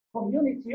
community